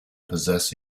possess